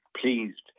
pleased